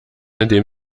indem